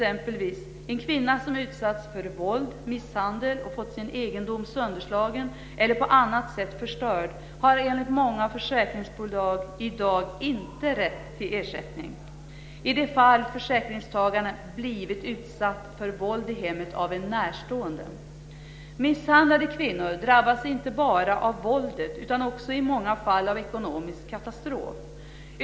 En kvinna som utsatts för våld, misshandel och fått sin egendom sönderslagen eller på annat sätt förstörd har enligt många försäkringsbolag i dag inte rätt till ersättning i de fall försäkringstagaren blivit utsatt för våld i hemmet av en närstående. Misshandlade kvinnor drabbas inte bara av våldet utan i många fall också av ekonomisk katastrof.